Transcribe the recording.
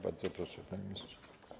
Bardzo proszę, panie ministrze.